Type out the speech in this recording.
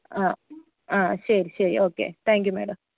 ആ ആ ശരി ശരി ഓക്കെ താങ്ക് യൂ മേഡം